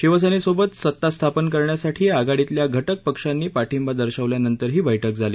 शिवसेनेसोबत सत्ता स्थापन करण्यासाठी आघाडीतल्या घटक पक्षांनी पाठिंबा दर्शवल्यानंतर ही बैठक झाली